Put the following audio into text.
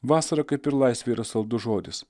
vasara kaip ir laisvė yra saldus žodis